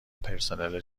پرسنل